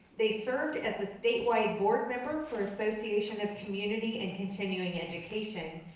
they served as a statewide board member for association of community and continuing education,